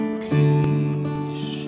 peace